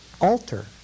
alter